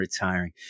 retiring